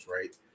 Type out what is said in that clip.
right